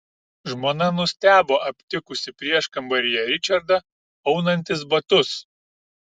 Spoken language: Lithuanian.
žmona nustebo aptikusi prieškambaryje ričardą aunantis batus